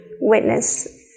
witness